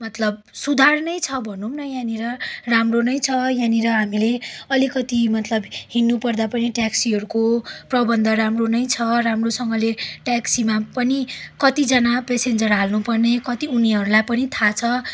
मतलब सुधार्नै छ भनौँ न यहाँनिर राम्रो नै छ यहाँनिर हामीले अलिकति मतलब हिँड्नुपर्दा पनि ट्याक्सीहरूको प्रबन्ध राम्रो नै छ राम्रोसँगले ट्याक्सीमा पनि कतिजना पेसेन्जर हाल्नुपर्ने कति उनीहरूलाई पनि थाहा छ